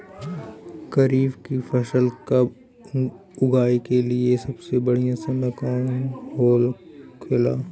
खरीफ की फसल कब उगाई के लिए सबसे बढ़ियां समय कौन हो खेला?